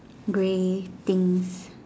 grey things